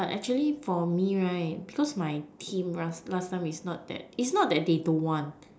but actually for me right because my team last time it's not that it's not that they don't want